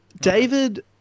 David